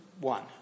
one